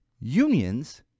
unions